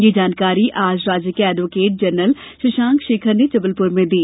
यह जानकारी आज राज्य के एड़वोकेट जनरल शशांक शेखर ने जबलप्र में दी